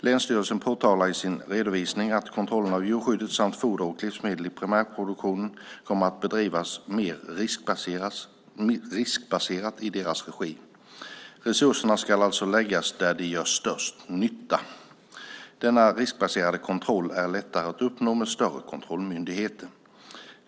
Länsstyrelsen påtalar i sin redovisning att kontrollen av djurskydd samt foder och livsmedel i primärproduktionen kommer att bedrivas mer riskbaserat i deras regi. Resurserna ska alltså läggas där de gör störst nytta. Denna riskbaserade kontroll är lättare att uppnå med större kontrollmyndigheter.